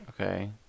Okay